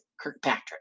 Kirkpatrick